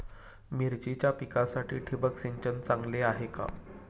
मिरचीच्या पिकासाठी ठिबक सिंचन चांगले आहे का?